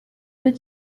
deux